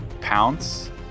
pounce